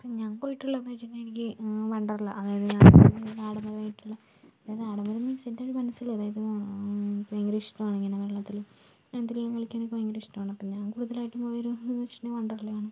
ഇപ്പൊൽ ഞാൻ പോയിട്ടുള്ളത് എന്ന് വെച്ചിട്ടുണ്ടെങ്കിൽ എനിക്ക് വണ്ടർല അതായത് ഞാൻ ആഡംബരമായിട്ടുള്ള അതായത് ആഡംബരം മീൻസ് എൻ്റെ ഒരു മനസ്സില് അതായത് എനിക്ക് ഭയങ്കര ഇഷ്ടമാണ് ഇങ്ങനെ വെള്ളത്തില് വെള്ളത്തിലൊക്കെ കളിക്കാൻ ഒക്കെ ഭയങ്കര ഇഷ്ടമാണ് അപ്പോൾ ഞാൻ കൂടുതലായിട്ട് പോയിട്ടുള്ള ഒരു ഇത് എന്ന് വെച്ചിട്ടുണ്ടെങ്കിൽ വണ്ടർലയാണ്